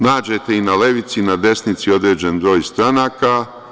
Nađete i na levici i na desnici određen broj stranaka.